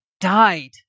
died